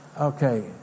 Okay